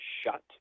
shut